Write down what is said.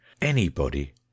anybody